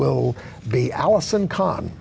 will be allison co